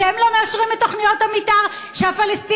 אתם לא מאשרים את תוכניות המתאר שהפלסטינים